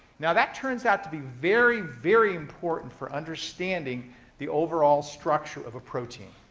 now that turns out to be very, very important for understanding the overall structure of a protein.